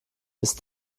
ist